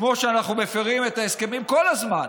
כמו שאנחנו מפירים את ההסכמים כל הזמן,